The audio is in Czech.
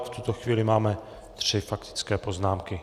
V tuto chvíli máme tři faktické poznámky.